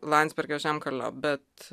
landsbergio žemkalnio bet